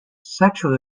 sexual